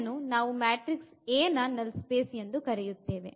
ಇದನ್ನು ನಾವು matrix A ನ ನಲ್ ಸ್ಪೇಸ್ ಎಂದು ಕರೆಯುತ್ತೇವೆ